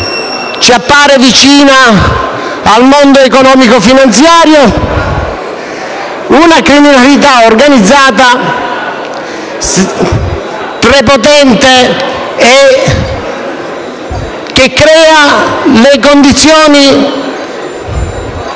ci appare vicina al mondo economico e finanziario, una criminalità organizzata prepotente e che crea le condizioni...*(Brusìo)*.